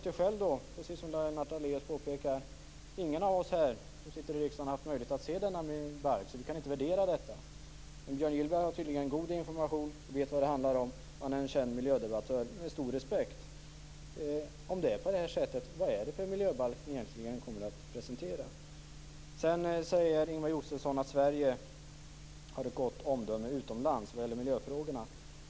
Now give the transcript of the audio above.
Precis som Lennart Daléus påpekar har ingen av oss som sitter här i riksdagen haft möjlighet att se denna balk, så vi kan inte värdera detta. Men Björn Gillberg har tydligen god information och vet vad det handlar om. Han är en känd och mycket respekterad miljödebattör. Om det är på det här sättet: Vad är det egentligen för miljöbalk ni kommer att presentera? Sedan säger Ingemar Josefsson att Sverige har ett gott omdöme utomlands när det gäller miljöfrågorna.